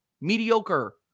mediocre